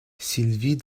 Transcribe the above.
sylvie